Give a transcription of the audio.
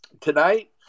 Tonight